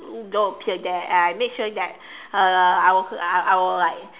don't appear there and I make sure that uh I will I will like